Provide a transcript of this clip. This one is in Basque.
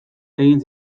egin